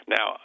Now